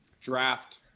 draft